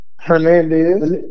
Hernandez